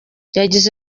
yagize